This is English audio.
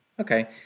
Okay